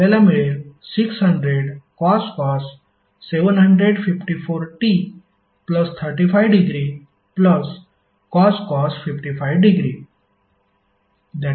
आपल्याला मिळेल 600cos 754t35° cos 55° 344